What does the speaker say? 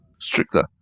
stricter